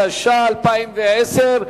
התש"ע 2010,